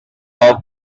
off